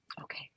Okay